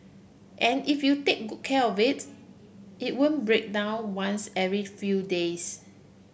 and if you take good care of it it won't break down once every few days